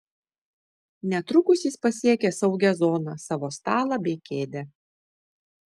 netrukus jis pasiekė saugią zoną savo stalą bei kėdę